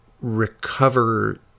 recover